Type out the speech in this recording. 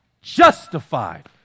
justified